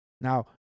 Now